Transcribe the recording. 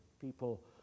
People